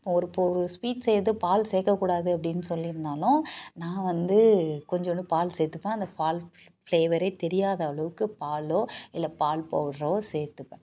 ஒரு இப்போ ஒரு ஸ்வீட் செய்கிறது பால் சேர்க்கக்கூடாது அப்படின்னு சொல்லியிருந்தாலும் நான் வந்து கொஞ்சோன்டு பால் சேர்த்துப்பேன் அந்த பால் ஃப்ளேவரே தெரியாத அளவுக்கு பாலோ இல்லை பால் பவுட்ரோ சேர்த்துப்பேன்